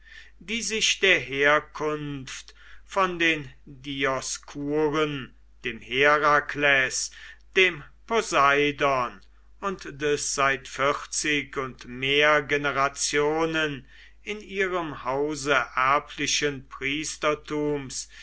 die sich der herkunft von den dioskuren dem herakles dem poseidon und des seit vierzig und mehr generationen in ihrem hause erblichen